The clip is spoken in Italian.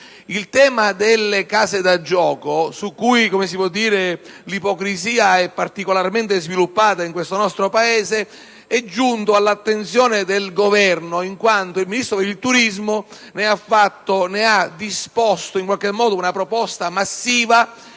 Il tema delle case da gioco, su cui l'ipocrisia è particolarmente sviluppata in questo Paese, è giunto all'attenzione del Governo in quanto il Ministro per il turismo ha disposto sul tema una proposta massiva,